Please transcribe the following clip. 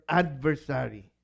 adversary